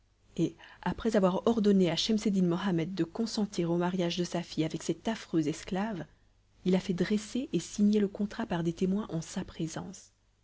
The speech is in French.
et après avoir ordonné à schemseddin mohammed de consentir au mariage de sa fille avec cet affreux esclave il a fait dresser et signer le contrat par des témoins en sa présence